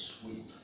sweep